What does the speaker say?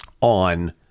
on